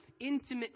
intimately